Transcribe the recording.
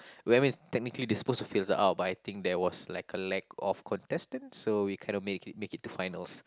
when we technically they supposed to filter out but I think there was like a lack of contestants so we can to make it make it finals